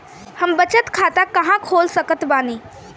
हम बचत खाता कहां खोल सकत बानी?